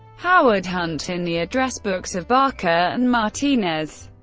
howard hunt in the address books of barker and martinez.